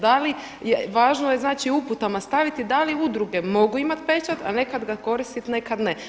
Da li, važno je znači u uputama staviti da li udruge mogu imati pečat, nekad ga koristit, nekad ne.